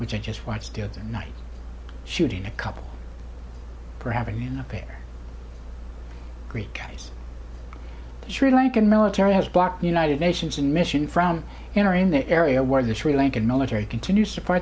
which i just watched the other night shooting a couple for having in the paper great guys sri lankan military has blocked united nations and mission from entering the area where the sri lankan military continue support